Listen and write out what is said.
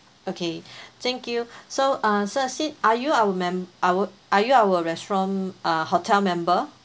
okay thank you so uh sir si~ are you our mem~ our are you our restaurant uh hotel member